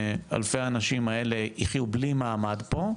שאלפי אנשים האלה יחיו בלי מעמד פה,